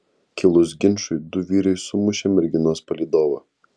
kilus ginčui du vyrai sumušė merginos palydovą